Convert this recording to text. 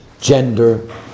gender